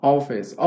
Office